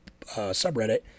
subreddit